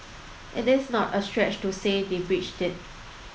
it is not a stretch to say they've breached it